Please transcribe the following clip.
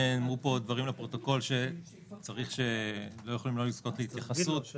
נאמרו פה דברים לפרוטוקול שלא יכולים לא לזכות להתייחסות.